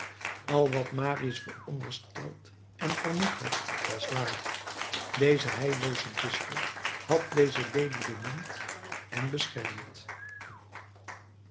al wat marius verondersteld en vermoed had was waar deze heillooze distel had deze lelie bemind en beschermd